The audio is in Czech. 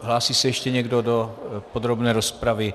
Hlásí se ještě někdo do podrobné rozpravy?